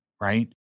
right